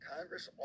Congress